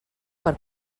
per